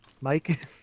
Mike